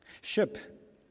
Ship